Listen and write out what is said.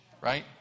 right